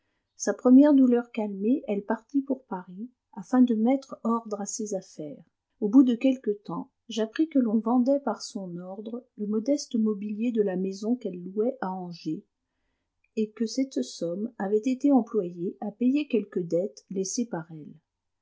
sa première douleur calmée elle partit pour paris afin de mettre ordre à ses affaires au bout de quelque temps j'appris que l'on vendait par son ordre le modeste mobilier de la maison qu'elle louait à angers et que cette somme avait été employée à payer quelques dettes laissées par elle